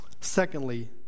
Secondly